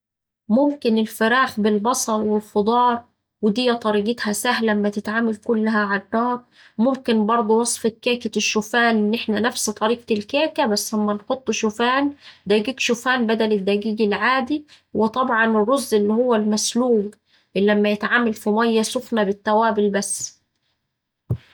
ممكن الفراخ بالبصل والخضار ودي طريقتها سهلة أما تتعمل كلها على النار، وممكن برضه وصفة كيكة الشوفان إحنا نفس طريقة الكيكة بس أما نحط شوفان دقيق شوفان بدل الدقيق العادي، وطبعا الرز اللي هو المسلوق اللي أما يتعمل في ميا سخنة بالتوابل بس.